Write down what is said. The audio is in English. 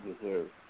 deserve